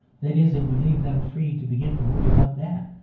that is, it would leave them free to begin to worry about that.